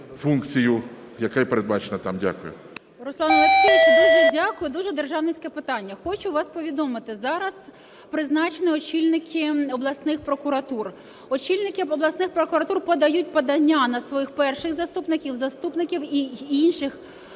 ВЕНЕДІКТОВА І.В. Руслане Олексійовичу, дуже дякую, дуже державницьке питання. Хочу вам повідомити, зараз призначені очільники обласних прокуратур. Очільники обласних прокуратур подають подання на своїх перших заступників, заступників і інших